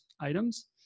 items